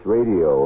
Radio